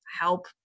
help